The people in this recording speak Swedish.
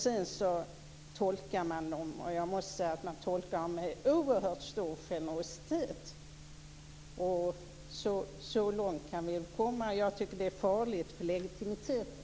Sedan tolkar man dem, och jag måste säga att man tolkar dem med oerhört stor generositet. Så långt kan vi väl komma. Jag tycker att det är farligt för legitimiteten.